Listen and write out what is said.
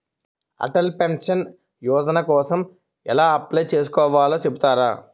Atal pension Yojana కోసం ఎలా apply చేసుకోవాలో చెపుతారా?